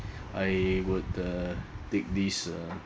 I would uh take this uh